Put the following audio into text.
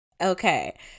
Okay